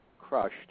crushed